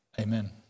amen